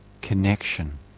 connection